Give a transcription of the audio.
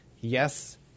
yes